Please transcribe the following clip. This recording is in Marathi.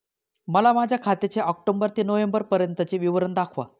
मला माझ्या खात्याचे ऑक्टोबर ते नोव्हेंबर पर्यंतचे विवरण दाखवा